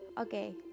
Okay